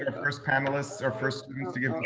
ah first panelists are first.